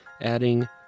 adding